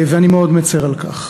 ואני מאוד מצר על כך.